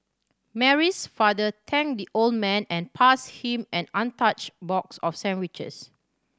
Mary's father thanked the old man and passed him an untouched box of sandwiches